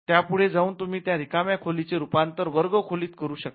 त्याही पुढे जाऊन तुम्ही त्या रिकाम्या खोलीचे रूपांतर वर्गखोलीत करू शकता